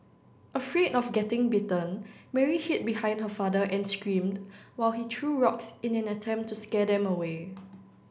afraid of getting bitten Mary hid behind her father and screamed while he threw rocks in an attempt to scare them away